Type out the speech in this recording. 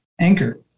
anchor